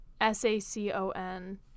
S-A-C-O-N